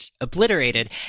obliterated